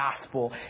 gospel